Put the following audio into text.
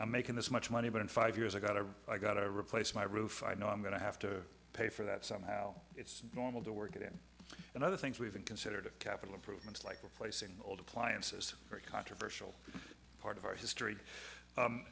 i'm making this much money but in five years i got a i got to replace my roof i know i'm going to have to pay for that somehow it's normal to work again and other things we haven't considered a capital improvements like replacing old appliances very controversial part of our history